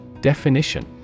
Definition